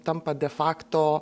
tampa de facto